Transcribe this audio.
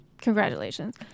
Congratulations